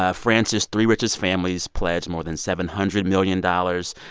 ah france's three richest families pledged more than seven hundred million dollars.